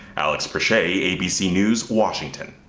alex for shay abc news, washington.